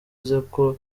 biterwa